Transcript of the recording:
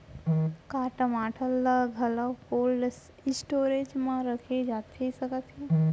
का टमाटर ला घलव कोल्ड स्टोरेज मा रखे जाथे सकत हे?